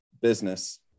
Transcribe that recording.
business